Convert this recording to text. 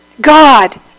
God